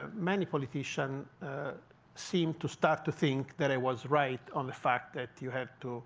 ah many politician seemed to start to think that i was right on the fact that you have to